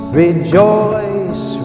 rejoice